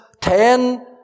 ten